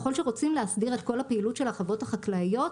ככל שרוצים להסדיר את כל הפעילות של החוות החקלאיות,